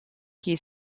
est